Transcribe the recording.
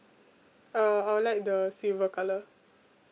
uh I would like the silver colour